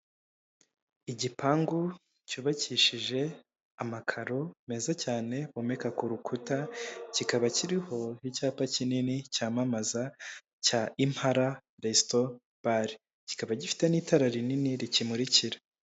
Igipangu cyubakishije amakaro meza cyane womeka ku rukuta kikaba kiriho icyapa kinini cyamamaza cya impala resito bare kikaba gifite n'itarara rinini rikimurikira.